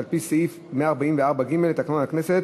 לפיכך אנחנו נעבור עכשיו להצבעה לפי הצעת ועדת הכנסת,